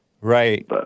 Right